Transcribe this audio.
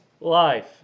Life